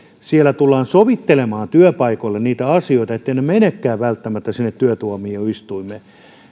tullaan sovittelemaan työpaikoille niitä asioita etteivät ne menekään välttämättä sinne työtuomioistuimeen